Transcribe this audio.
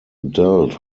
dealt